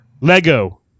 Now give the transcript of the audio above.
Lego